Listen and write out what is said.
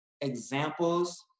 examples